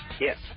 Yes